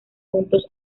junto